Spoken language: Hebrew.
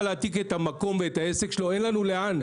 להעתיק את המקום ואת העסק שלו אין לנו לאן,